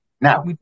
Now